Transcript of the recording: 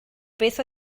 beth